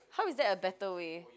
how is that a better way